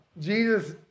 Jesus